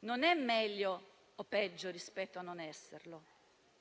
non è meglio o peggio rispetto a non esserlo